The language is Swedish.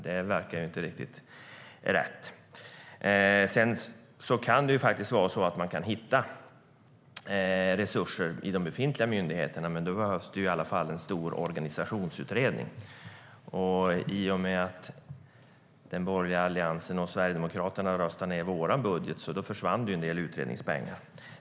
Det verkar inte riktigt rätt. Det kan vara så att man kan hitta resurser i de befintliga myndigheterna. Men det behövs i varje fall en stor organisationsutredning. I och med att den borgerliga alliansen och Sverigedemokraterna röstade ned vår budget försvann det en del utredningspengar.